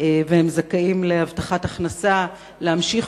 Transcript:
הצעת חוק הבטחת הכנסה (תיקון,